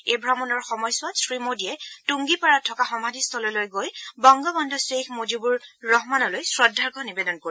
এই ভ্ৰমণৰ সময়ছোৱাত শ্ৰীমোডীয়ে তুংগীপাৰাত থকা সমাধিস্থলীলৈ গৈ বংগবদ্ধ শ্বেইখ মুজিবৰ ৰহমানলৈ শ্ৰদ্ধাৰ্ঘ্য নিবেদন কৰিব